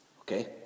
Okay